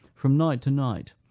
from night to night,